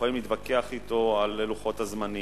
יכולים להתווכח אתו על לוחות הזמנים,